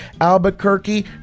Albuquerque